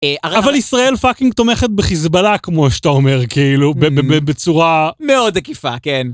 אבל ישראל פאקינג תומכת בחיזבאללה, כמו שאתה אומר, כאילו, בצורה מאוד עקיפה, כן.